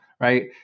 right